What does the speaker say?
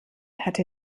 hatte